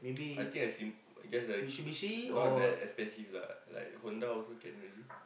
I think I seen because of the kids not that expensive lah like Honda also can already